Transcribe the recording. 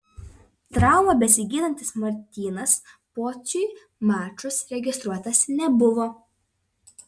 traumą besigydantis martynas pociui mačus registruotas nebuvo